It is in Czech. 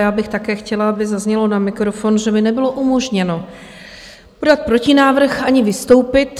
Já bych také chtěla, aby zaznělo na mikrofon, že mi nebylo umožněno podat protinávrh ani vystoupit.